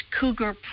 cougar